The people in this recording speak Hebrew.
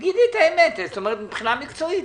תגידי את האמת, מבחינה מקצועית,